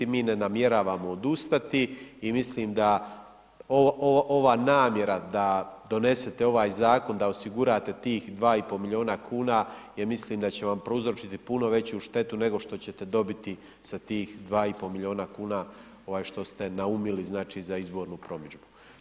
Mi ne namjeravamo odustati i mislim da ova namjera da donesete ovaj zakon da osigurate tih 2,5 milijuna kuna, jer mislim da će vam prouzročiti puno veću štetu, nego što ćete dobiti sa tih 2,5 milijuna kuna, što ste naumili za izbornu promidžbu.